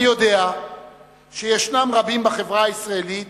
אני יודע שישנם רבים בחברה הישראלית